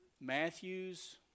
Matthew's